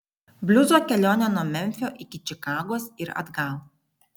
bliuzo kelionė nuo memfio iki čikagos ir atgal